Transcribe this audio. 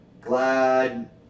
Glad